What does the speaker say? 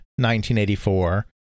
1984